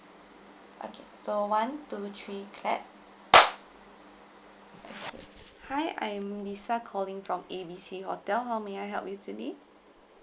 okay so one two three clap okay hi I am lisa calling from A B C hotel how may I help you today